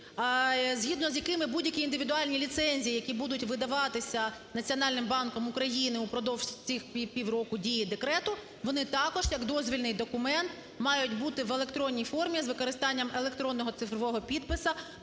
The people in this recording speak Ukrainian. згідно з якими будь-які індивідуальні ліцензії, які будуть видаватися Національним банком України упродовж цих півроку дії декрету, вони також як дозвільний документ, мають бути в електронній формі, з використанням електронного цифрового підпису,